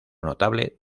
notable